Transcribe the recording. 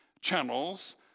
channels